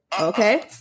Okay